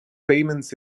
payment